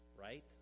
right